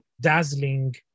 dazzling